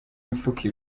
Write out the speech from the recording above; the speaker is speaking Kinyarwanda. mifuka